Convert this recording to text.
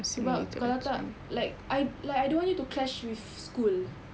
sebab kalau tak like I like I don't want you to clash with school